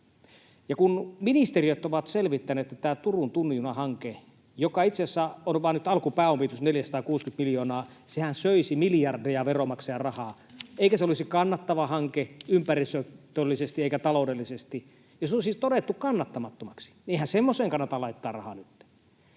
Ja kun ministeriöt ovat selvittäneet tätä Turun tunnin juna ‑hanketta, johon itse asiassa on nyt vain alkupääomitus, 460 miljoonaa, niin sehän söisi miljardeja veronmaksajien rahaa, eikä se olisi kannattava hanke ympäristöllisesti eikä taloudellisesti. Se on siis todettu kannattamattomaksi. Eihän semmoiseen kannata laittaa nytten